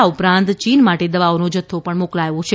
આ ઉપરાંત ચીન માટે દવાઓનો જથ્થો પણ મોકલાયો છે